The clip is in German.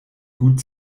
gut